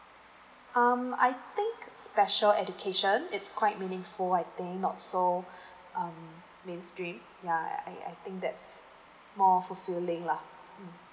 um I think special education it's quite meaningful I think not so um main stream yeah I I think that's more fulfilling lah mm